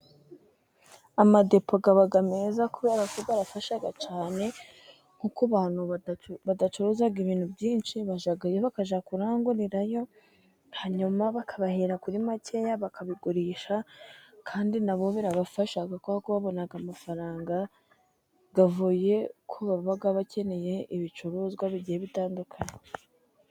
Amadepo aba meza kubera ko arafashaga cyane, nko abantu badacuruza ibintu byinshi, bajyayo bakajya kurangurayo, hanyuma bakabahera kuri makeya bakabigurisha kandi nabo birabafasha, kubera ko babona, amafaranga avuye ku baba bakeneye ibicuruzwa bigiye bitandukanye.